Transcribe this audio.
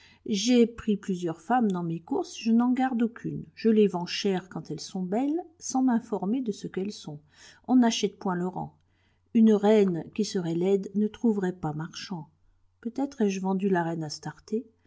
j'ai pris plusieurs femmes dans mes courses je n'en garde aucune je les vends cher quand elles sont belles sans m'informer de ce qu'elles sont on n'achète point le rang une reine qui serait laide ne trouverait pas marchand peut-être ai-je vendu la reine